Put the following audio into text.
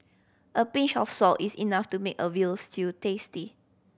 a pinch of salt is enough to make a veal stew tasty